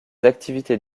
activités